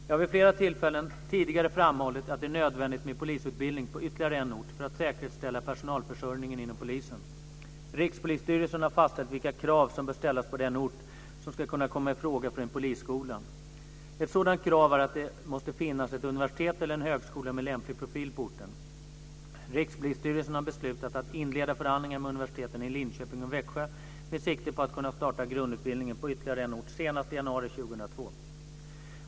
Jag har vid flera tillfällen tidigare framhållit att det är nödvändigt med polisutbildning på ytterligare en ort för att säkerställa personalförsörjningen inom polisen. Rikspolisstyrelsen har fastställt vilka krav som bör ställas på den ort som ska kunna komma i fråga för en polisskola. Ett sådant krav är att det måste finnas ett universitet eller en högskola med lämplig profil på orten. Rikspolisstyrelsen har beslutat att inleda förhandlingar med universiteten i Linköping och Växjö med sikte på att kunna starta grundutbildning på ytterligare en ort senast i januari 2002.